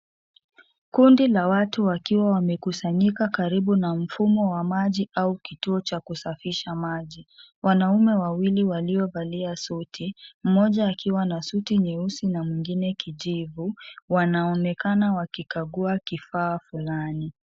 Kundi la watu wakiwa wamekusanyika karibu na mfumo wa maji au kituo cha kusafisha maji . Wanaume wawili waliovalia suti , mmoja akiwa na suti nyeusi na mwingine kijivu wanaonekana wakikagua kifaa fulani.